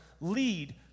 lead